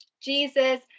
Jesus